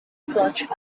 such